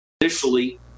initially